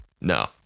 No